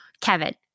Kevin